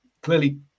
clearly